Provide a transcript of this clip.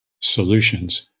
solutions